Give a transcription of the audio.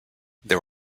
there